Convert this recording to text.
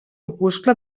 opuscle